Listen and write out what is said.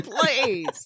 please